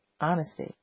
honesty